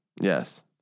Yes